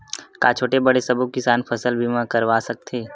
का छोटे बड़े सबो किसान फसल बीमा करवा सकथे?